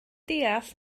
deall